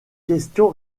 question